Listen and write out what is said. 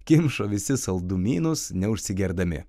kimšo visi saldumynus neužsigerdami